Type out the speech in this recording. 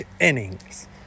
innings